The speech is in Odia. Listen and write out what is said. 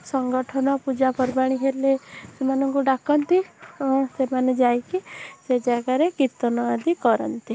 ସଂଗଠନ ପୂଜାପର୍ବାଣି ହେଲେ ସେମାନଙ୍କୁ ଡାକନ୍ତି ଏବଂ ସେମାନେ ଯାଇକି ସେ ଜାଗାରେ କୀର୍ତ୍ତିନ ଆଦି କରନ୍ତି